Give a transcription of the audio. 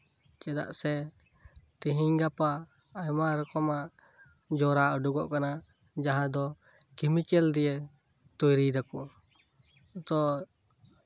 ᱪᱮᱫᱟᱜ ᱥᱮ ᱛᱤᱦᱤᱧᱼᱜᱟᱯᱟ ᱟᱭᱢᱟ ᱨᱚᱠᱚᱢᱟᱜ ᱡᱚᱨᱟ ᱩᱰᱩᱠᱚᱜ ᱠᱟᱱᱟ ᱡᱟᱦᱟᱸ ᱫᱚ ᱠᱮᱢᱤᱠᱮᱞ ᱫᱤᱭᱮ ᱛᱳᱭᱨᱤᱭ ᱫᱟᱠᱚ ᱛᱚ